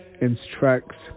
instructs